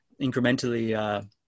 incrementally